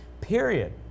period